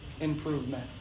improvement